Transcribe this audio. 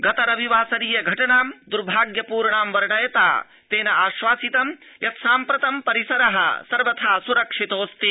गत रविवासरीय घटनां द्भाग्यपूर्णां वर्णयता तेनाश्वासितं यत् साम्प्रतं परिसर सर्वथा सुरक्षितोऽस्ति